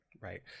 Right